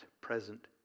present